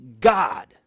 god